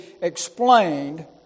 explained